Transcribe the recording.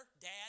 dad